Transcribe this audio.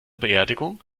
beerdigung